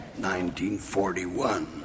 1941